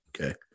Okay